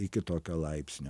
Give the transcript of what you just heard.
iki tokio laipsnio